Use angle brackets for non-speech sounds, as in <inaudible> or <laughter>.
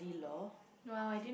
<noise> !wow! I didn't